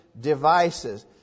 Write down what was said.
devices